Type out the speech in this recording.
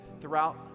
throughout